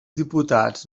diputats